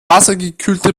wassergekühlte